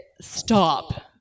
stop